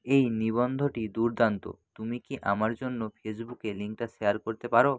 এই নিবন্ধটি দুর্দান্ত তুমি কি আমার জন্য ফেসবুকে লিংকটা শেয়ার করতে পারো